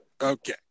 Okay